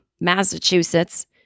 Massachusetts